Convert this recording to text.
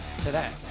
today